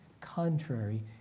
contrary